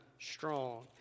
strong